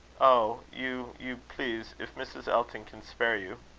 oh! you, you, please if mrs. elton can spare you.